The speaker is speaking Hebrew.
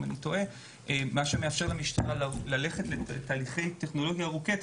על מנת לאפשר למשטרה ללכת לתהליכי טכנולוגיה ארוכי טווח.